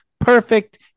perfect